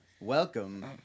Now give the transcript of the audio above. Welcome